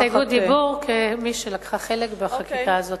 הסתייגות דיבור כמי שלקחה חלק בחקיקה הזאת.